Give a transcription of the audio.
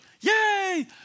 yay